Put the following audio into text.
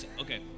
Okay